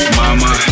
mama